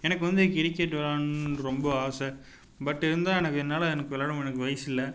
எனக்கு வந்து கிரிக்கெட் விளையாட்ணுன் ரொம்ப ஆசை பட்டு இருந்தா எனக்கு என்னால் எனக்கு விளாட எனக்கு வயசு இல்லை